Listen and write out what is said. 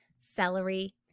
celery